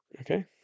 Okay